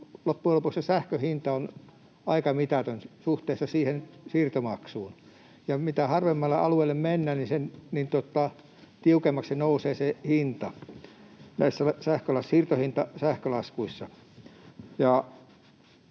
loppujen lopuksi se sähkönhinta aika mitätön suhteessa siihen siirtomaksuun. Ja mitä harvemmalle alueelle mennään, sen tiukemmaksi nousee se hinta näissä siirtohintasähkölaskuissa